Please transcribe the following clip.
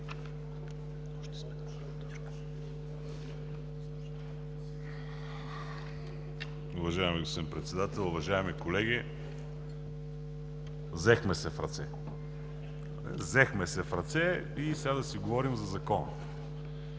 Уважаеми господин Председател, уважаеми колеги! Взехме се в ръце. Взехме се в ръце и сега да си говорим за Закона,